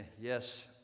yes